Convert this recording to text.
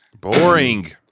boring